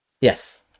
Yes